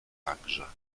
także